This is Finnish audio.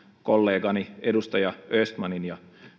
kollegoideni edustaja östmanin ja